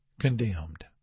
condemned